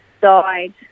died